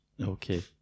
Okay